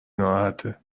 ناراحته